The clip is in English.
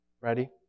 Ready